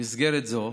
במסגרת זו